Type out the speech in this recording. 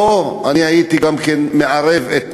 והייתי מערב גם